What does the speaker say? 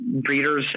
breeders